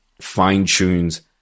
fine-tunes